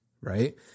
right